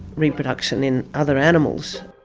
reproduction in other animals.